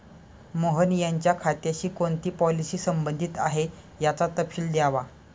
मोहन यांच्या खात्याशी कोणती पॉलिसी संबंधित आहे, याचा तपशील द्यावा